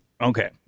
Okay